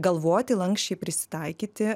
galvoti lanksčiai prisitaikyti